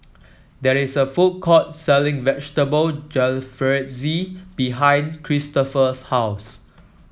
there is a food court selling Vegetable Jalfrezi behind Cristofer's house